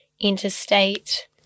interstate